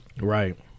Right